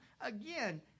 Again